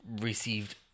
received